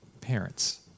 parents